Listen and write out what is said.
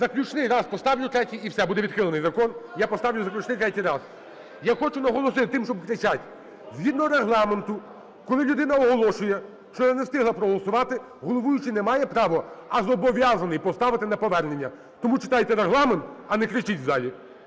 заключний раз поставлю, третій, і все - буде відхилений закон. Я поставлю заключний, третій раз. Я хочу наголосити тим, що кричать, згідно Регламенту, коли людина оголошує, що "я не встигла проголосувати", головуючий не має право, а зобов'язаний поставити на повернення. Тому читайте Регламент, а не кричить в залі.